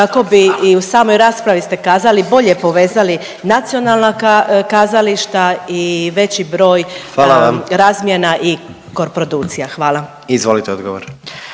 kako bi i u samoj raspravi ste kazali bolje povezali nacionalna kazališta i veći broj …/Upadica: Hvala vam./… razmjena